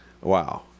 Wow